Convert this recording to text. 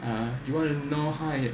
and you wanna know how I